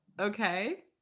Okay